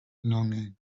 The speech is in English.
longing